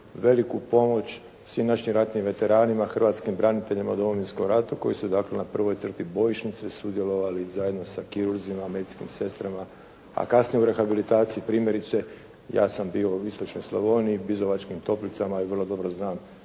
veliku pomoć svim našim ratnim veteranima, hrvatskim braniteljima u Domovinskom ratu koji su dakle, na prvoj crti bojišnice sudjelovali zajedno sa kirurzima, medicinskim sestrama, a kasnije u rehabilitaciji primjerice, ja sam bio u istočnoj Slavoniji, Bizovačkim toplicama, i vrlo dobro znam